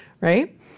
right